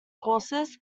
courses